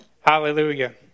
Hallelujah